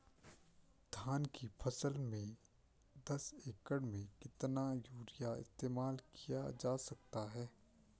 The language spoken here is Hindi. धान की फसल में दस एकड़ में कितना यूरिया इस्तेमाल किया जा सकता है?